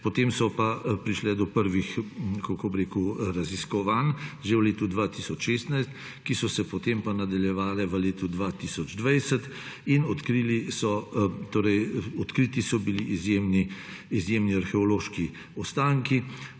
– kako bi rekel? – raziskovanj že v letu 2016, ki so se potem nadaljevala v letu 2020 in odkriti so bili izjemni arheološki ostanki.